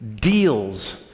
deals